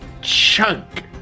chunk